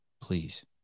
Please